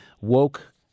woke